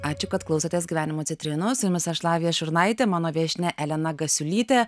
ačiū kad klausotės gyvenimo citrinossu jumis aš lavija šurnaitė mano viešnia elena gasiulytė